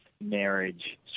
marriage